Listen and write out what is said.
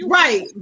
right